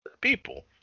people